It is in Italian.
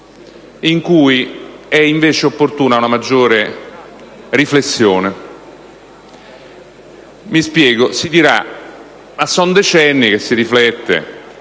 in cui è invece opportuna una maggiore riflessione. Si dirà che sono decenni che si riflette: